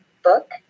Book